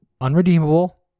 unredeemable